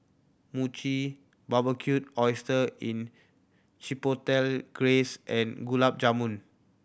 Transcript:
Mochi Barbecued Oyster in Chipotle Glaze and Gulab Jamun